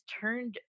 turned